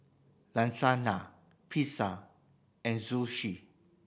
Lasagna Pizza and Zosui